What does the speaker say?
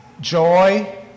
joy